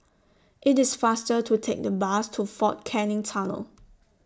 IT IS faster to Take The Bus to Fort Canning Tunnel